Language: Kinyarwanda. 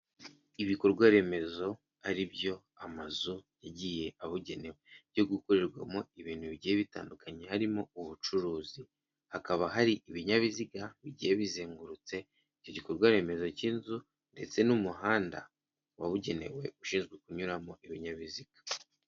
Ibikorwa remezo ari byo amazu yagiye abugenewe byo gukorerwamo ibintu bigiye bitandukanye harimo ubucuruzi, hakaba hari ibinyabiziga bigiye bizengurutse icyo gikorwa remezo cy'inzu ndetse n'umuhanda wabugenewe ushinzwe kunyuramo ibinyabiziga.